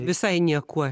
visai niekuo